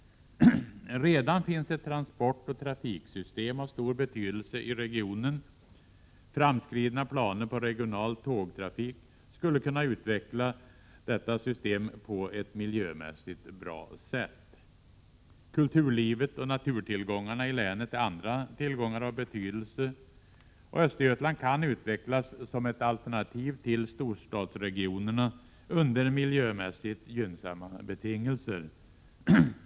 Redan finns ett transportoch trafiksystem av stor betydelse i regionen. Framskridna planer på regional tågtrafik skulle kunna utveckla detta system på ett miljömässigt bra sätt. Kulturlivet och naturtillgångarna i länet är andra tillgångar av betydelse. Östergötland kan utvecklas som ett alternativ till storstadsregionerna under miljömässigt gynnsamma betingelser.